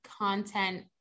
content